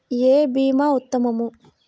ఏ భీమా ఉత్తమము?